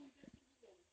ni interesting gila ni